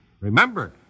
Remember